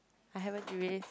I haven't erased